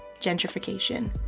gentrification